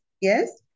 Yes